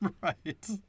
Right